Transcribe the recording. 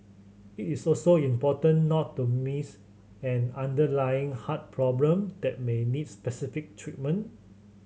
it is also important not to miss an underlying heart problem that may needs specific treatment